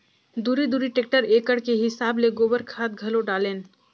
दूरी दूरी टेक्टर एकड़ के हिसाब ले गोबर खाद घलो डालेन